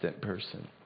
person